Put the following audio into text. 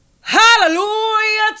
hallelujah